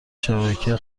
شبکه